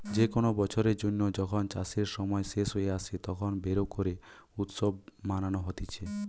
যে কোনো বছরের জন্য যখন চাষের সময় শেষ হয়ে আসে, তখন বোরো করে উৎসব মানানো হতিছে